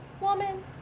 woman